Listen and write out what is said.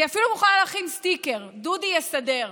אני אפילו מוכנה להכין סטיקר: דודי יסדר.